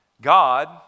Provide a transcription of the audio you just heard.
god